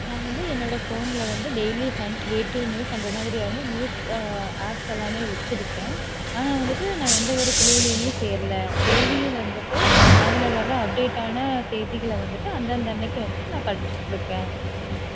நான் வந்து என்னோட ஃபோனில் வந்து டெய்லி ஹண்ட் வேட்டூ நியூஸ் அந்த மாதிரியான நியூஸ் ஆப்ஸெல்லாமே வச்சுருக்கன் ஆனால் வந்துட்டு நான் எந்த ஒரு குழுவுலையுமே சேரலை டெய்லியும் வந்துட்டு அதில் வர அப்டேட்டான செய்திகளை வந்துட்டு அந்தந்த அன்னக்கு வந்துட்டு நான் படிச்சிகிட்ருக்கேன்